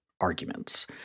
arguments